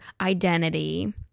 identity